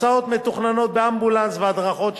הסעות מתוכננות באמבולנס והדרכות.